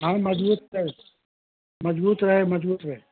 हँ मज़बूत है मज़बूत रहे मज़बूत रहे